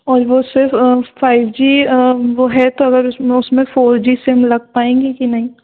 और वह सिर्फ़ फ़ाइव जी वह है तो अगर उसमें उसमें फ़ोर जी सिम लग पाएगी कि नहीं